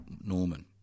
Norman